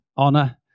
honor